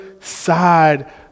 side